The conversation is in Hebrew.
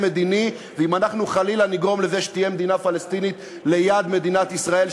מדיני ואם אנחנו חלילה נגרום לזה שתהיה מדינה פלסטינית ליד מדינת ישראל,